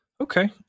Okay